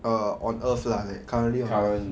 err on earth lah like currently